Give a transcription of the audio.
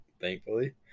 thankfully